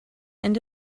end